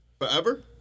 Forever